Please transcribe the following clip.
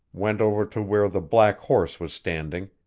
went over to where the black horse was standing,